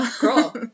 Girl